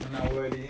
I already